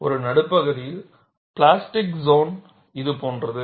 ஒரு நடுப்பகுதியில் plastic zone இது போன்றது